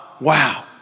Wow